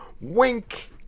Wink